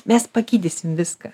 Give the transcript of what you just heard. mes pagydysim viską